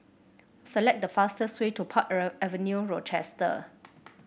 select the fastest way to Park Avenue Rochester